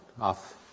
off